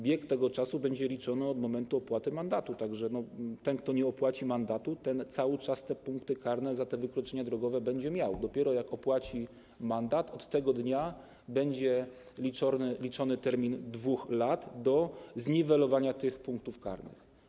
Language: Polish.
Bieg tego czasu będzie liczony od momentu opłaty mandatu, tak że ten, kto nie opłaci mandatu, cały ten czas punkty karne za te wykroczenia drogowe będzie miał, dopiero jak opłaci mandat, to od tego dnia będzie liczony termin 2 lat do zniwelowania punktów karnych.